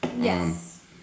Yes